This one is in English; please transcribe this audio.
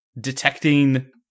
detecting